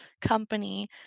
company